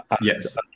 Yes